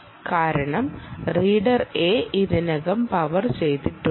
കാരണം reader A ഇതിനകം power ചെയ്തിട്ടുണ്ട്